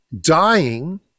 dying